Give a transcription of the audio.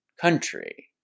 country